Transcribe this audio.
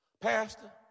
Pastor